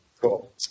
Cool